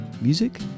music